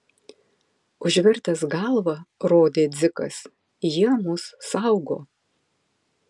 užvertęs galvą rodė dzikas jie mus saugo